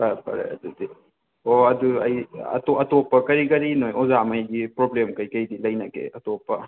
ꯐꯔꯦ ꯐꯔꯦ ꯑꯗꯨꯗꯤ ꯑꯣ ꯑꯗꯣ ꯑꯩ ꯑꯇꯣꯞ ꯑꯇꯣꯞꯄ ꯀꯔꯤ ꯀꯔꯤꯅꯣ ꯑꯣꯖꯥꯉꯩꯒꯤ ꯄ꯭ꯔꯣꯕ꯭ꯂꯦꯝ ꯀꯩꯀꯩꯗꯤ ꯂꯩꯅꯒꯦ ꯑꯇꯣꯞꯄ